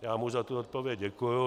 Já mu za odpověď děkuji.